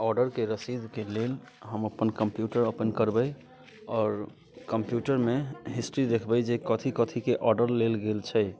ऑर्डरके रसीदके लेल हम अपन कम्प्यूटर ओपन करबै आओर कम्प्यूटरमे हिस्ट्री देखबै जे कथि कथिके ऑर्डर लेल गेल छै